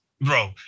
bro